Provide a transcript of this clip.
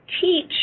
teach